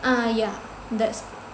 ah yeah that's